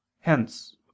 Hence